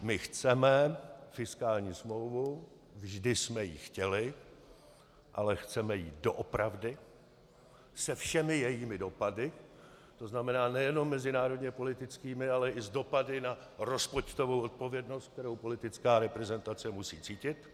My chceme fiskální smlouvu, vždy jsme ji chtěli, ale chceme ji doopravdy se všemi jejími dopady, tzn. nejenom mezinárodněpolitickými, ale i s dopady na rozpočtovou odpovědnost, kterou politická reprezentace musí cítit.